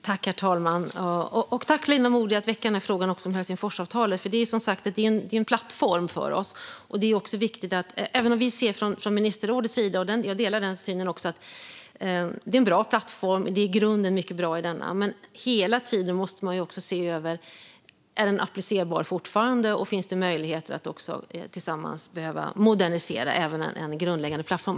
Herr talman! Tack, Linda Modig, för att du väcker frågan om Helsingforsavtalet! Det är som sagt en plattform för oss. Ministerrådet ser det som en bra plattform, och jag delar den synen. Det finns i grunden mycket bra i avtalet. Men sedan måste man hela tiden se över om det fortfarande är applicerbart och om det finns behov av att tillsammans modernisera även en så grundläggande plattform.